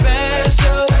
Special